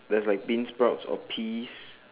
that's like bean sprouts or peas